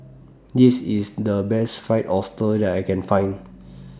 This IS The Best Fried Oyster that I Can Find